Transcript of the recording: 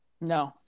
No